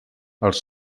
els